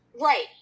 Right